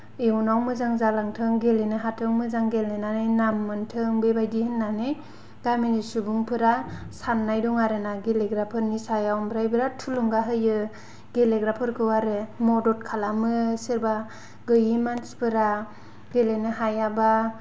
इयुनाव मोजां जालांथों गेलेनो हाथों मोजां गेलेनानै नाम मोनथों बेबायदि होन्नानै गामिनि सुबुंफोरा सान्नाय दं आरोना गेलेग्राफोरनि सायाव ओमफ्राय बेराद थुलुंगा होयो गेलेग्राफोरखौ आरो मदद खालामो सोरबा गैयि मानसिफोरा गेलेनो हायाबा